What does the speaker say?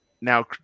now